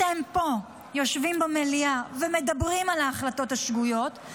אתם פה יושבים במליאה ומדברים על ההחלטות השגויות,